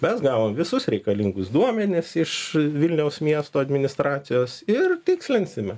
mes gavom visus reikalingus duomenis iš vilniaus miesto administracijos ir tikslinsime